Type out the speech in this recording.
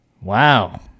Wow